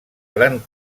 gran